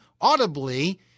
audibly